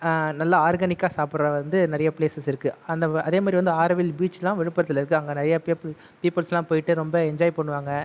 நல்லா ஆர்கானிக்காக சாப்பிடுறது வந்து நிறையா பிளேசஸ் இருக்கு அதே மாதிரி வந்து ஆரவில் பீச் எல்லா விழுப்புரத்தில் இருக்குது அங்கே நிறையா பீப்புள்ஸெல்லாம் போய்விட்டு ரொம்ப என்ஜாய் பண்ணுவாங்க